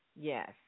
Yes